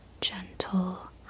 gentle